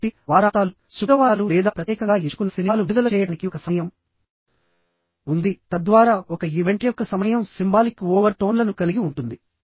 కాబట్టి వారాంతాలు శుక్రవారాలు లేదా ప్రత్యేకంగా ఎంచుకున్న సినిమాలు విడుదల చేయడానికి ఒక సమయం ఉంది తద్వారా ఒక ఈవెంట్ యొక్క సమయం సింబాలిక్ ఓవర్ టోన్లను కలిగి ఉంటుంది